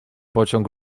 pociąg